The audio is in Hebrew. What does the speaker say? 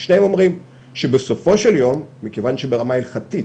הם אומרים שבסופו של יום, מכיוון שברמה ההלכתית